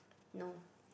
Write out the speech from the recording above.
no